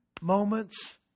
Moments